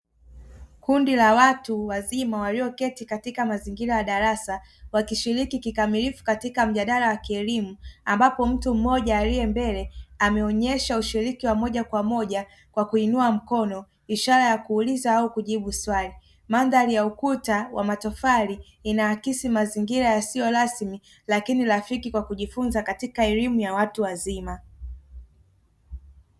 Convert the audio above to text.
Kundi la watu wazima walioketi katika mazingira ya darasa wakishiriki kikamilifu katika mjadala wa kielimu ambapo mtu mmoja aliye mbele ameonyesha ushiriki wa moja kwa moja kwa kuinua mkono ishara ya kuuliza au kujibu swali. Mandhari ya ukuta wa matofali inaakisi mazingira yasiyo rasmi lakini rafiki wa kujifunza katika elimu ya watu wazima.